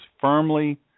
firmly